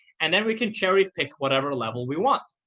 and then we can cherry pick whatever level we want.